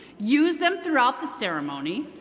use them throughout the ceremony.